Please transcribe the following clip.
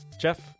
Jeff